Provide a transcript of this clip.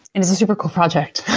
it's a super cool project.